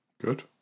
Good